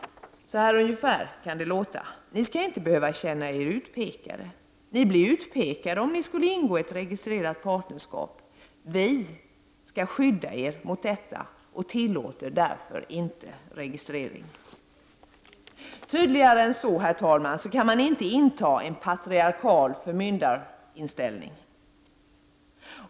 Så här ungefär kan det låta: ”Ni skall inte behöva känna er utpekade. Ni blir utpekade om ni skulle ingå ett registrerat partnerskap. Vi skall skydda er mot detta och tillåter därför inte registrering.” Tydligare än så kan man inte inta en patriarkal förmyndarinställning.